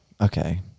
Okay